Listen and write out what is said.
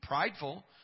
prideful